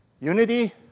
Unity